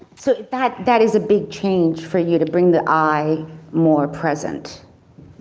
so, that that is a big change for you to bring the eye more present.